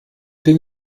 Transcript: den